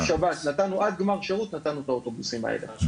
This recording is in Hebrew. נתנו עד גמר שירות את האוטובוסים האלה.